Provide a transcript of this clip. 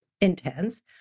intense